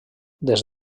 des